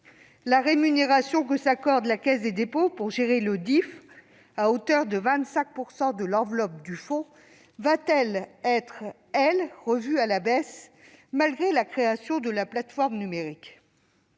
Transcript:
La rémunération que s'accorde la Caisse des dépôts et consignations pour gérer le DIFE à hauteur de 25 % de l'enveloppe du fonds sera-t-elle revue à la baisse malgré la création de la plateforme numérique ?